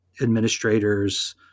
administrators